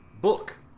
book